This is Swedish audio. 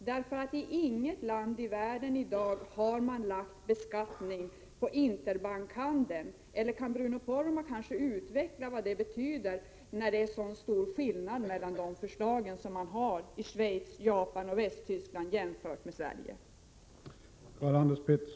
Inte i något land i världen har man infört skatt på interbankshandeln. Bruno Poromaa kanske kan utveckla vad det betyder att det är så stor skillnad på förslagen i Schweiz, Japan och i Västtyskland jämfört med dem i Sverige.